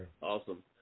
Awesome